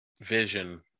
vision